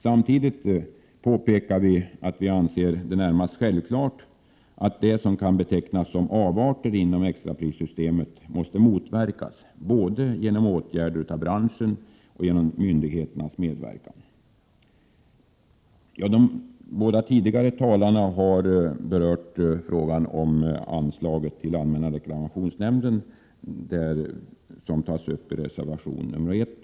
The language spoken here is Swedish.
Samtidigt anser vi det vara närmast självklart att det som kan betecknas som avarter inom extraprissystemet måste motverkas, både genom åtgärder från branschen själv och genom myndigheternas medverkan. De båda tidigare talarna har ju berört frågan om anslag till allmänna reklamationsnämnden — en fråga som tas upp i reservation 1.